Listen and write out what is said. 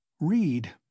Read